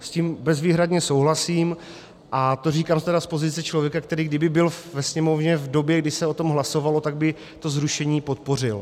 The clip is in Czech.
S tím bezvýhradně souhlasím a říkám to z pozice člověka, který kdyby byl ve Sněmovně v době, kdy se o tom hlasovalo, tak by to zrušení podpořil.